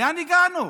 לאן הגענו?